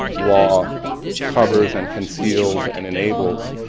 law covers and conceals and enables